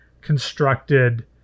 constructed